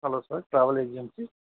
hello sir travel agency